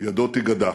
ידו תיגדע.